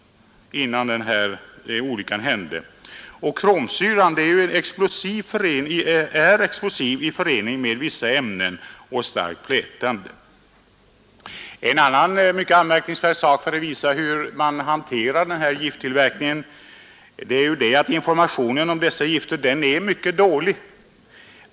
Kromsyran är explosiv i förening med vissa ämnen och starkt frätande. När det gäller hanteringen av dessa gifter är det anmärkningsvärt att informationen om dem är så dålig.